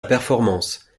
performance